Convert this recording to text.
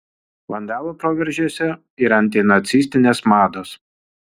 vandalų proveržiuose ir antinacistinės mados